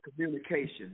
Communication